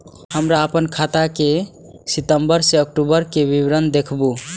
हमरा अपन खाता के सितम्बर से अक्टूबर के विवरण देखबु?